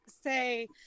say